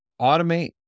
automate